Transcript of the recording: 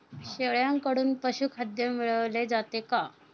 शेळ्यांकडून पशुखाद्य मिळवले जाते का?